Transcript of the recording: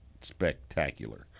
spectacular